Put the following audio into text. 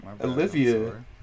Olivia